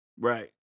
Right